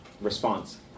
response